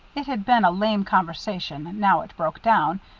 it had been a lame conversation now it broke down,